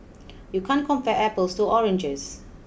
you can't compare apples to oranges